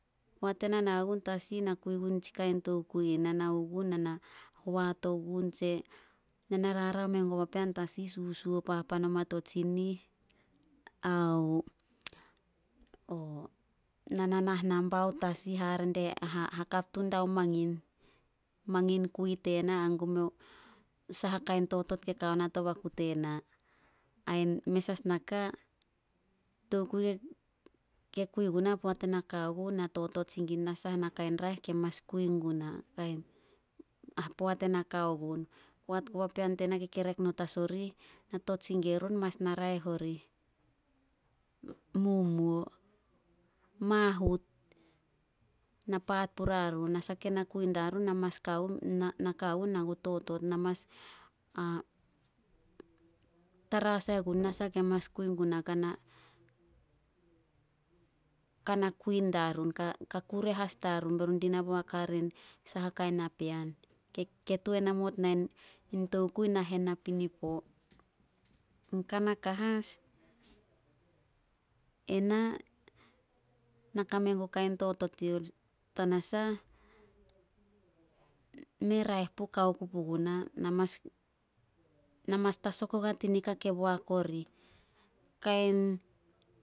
Poat ena nao gun tasi, na kui gun tsi kain tokui ih. Na nao gun na na hoat o gun tse na nararao mengun o peapen tasi, susuo papan oma to tsinih ao nanah nambaut tasi hare die ha- hakap tun diao mangin, mangin kui tena ao saha kain totot ke kao na to baku tena. Ain mes as naka, tokui ke kui guna poat ena kao gun, na totot sin gun na saha nakai raeh ke mas kui guna poat ena kao gun. Poat go papean tena kekerek not as orih, na tot sin gue run mas na raeh orih. Na paat puria run. Nasah ke na kui diarun, na mas kao gun. Na kao gun ai na ku totot. Na mas tara sai gun nasah ke mas kui guna kana kui dia run, ka- ka kure as diarun be run dina boak hare saha kain na pean. Ke- ke tuan namot nain tokui nahen napinipo. Kana ka as, ena, na kame guo kain totot i tanasah mei raeh puh kao ku puguna. Na mas- na mas tasok ogua ta nika ke boak orih. Kain